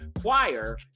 choir